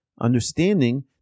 understanding